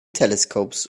telescopes